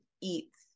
eats